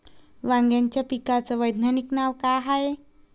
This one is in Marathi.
वांग्याच्या पिकाचं वैज्ञानिक नाव का हाये?